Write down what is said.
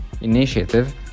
initiative